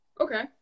Okay